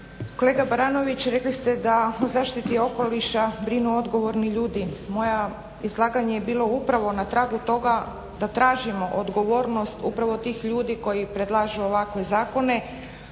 Kolega Baranović, rekli ste da o zaštiti okoliša brinu odgovorni ljudi. Moje izlaganje je bilo upravo na tragu toga da tražimo odgovornost upravo tih ljudi koji predlažu ovakve zakone,